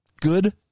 good